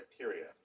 criteria